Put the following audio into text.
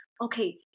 okay